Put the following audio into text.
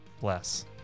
bless